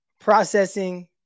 processing